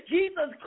Jesus